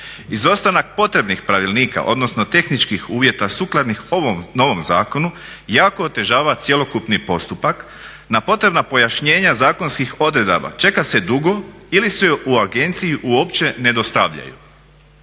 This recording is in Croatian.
Izostanak potrebni pravilnika odnosno tehničkih uvjeta sukladnih ovom novom zakonu jako otežava cjelokupni postupak. Na potrebna pojašnjenja zakonskih odredaba čeka se dugo ili se u agenciju uopće ne dostavljaju."